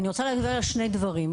אני רוצה לדבר על שני דברים.